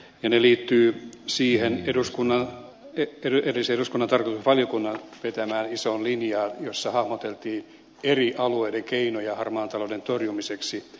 ne liittyvät siihen edellisen eduskunnan tarkastusvaliokunnan vetämään isoon linjaan jossa hahmoteltiin eri alueiden keinoja harmaan talouden torjumiseksi